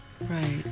Right